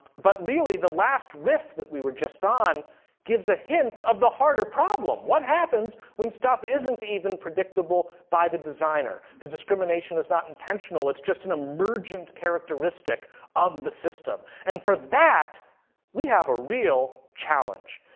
but really, the last riff that we were just on gives a hint of the harder problem. what happens when stuff isn't even predictable by the designer? the discrimination is not intentional. it's just an emergent characteristic of the system. and for that we have a real challenge.